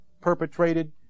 perpetrated